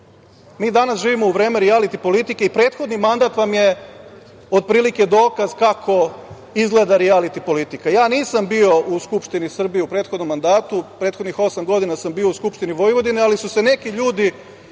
Mi danas živimo u vreme rijaliti politike i prethodni mandat vam je otprilike dokaz kako izgleda rijaliti politika. Ja nisam bio u Skupštini Srbije u prethodnom mandatu, prethodnih osam godina sam bio u Skupštini Vojvodine, ali su se neki ljudi